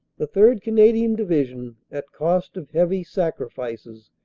the third. canadian division, at cost of heavy sacrifices,